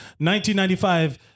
1995